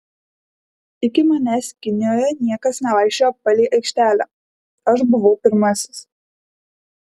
iki manęs kinijoje niekas nevaikščiojo palei aikštelę aš buvau pirmasis